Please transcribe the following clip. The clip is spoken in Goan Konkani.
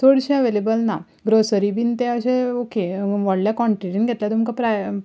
चडशे अवेलेबल ना ग्रोसरी बी ते अशे ओके व्हडल्या कॉन्टिटीन घेतल्यार तुमकां प्राय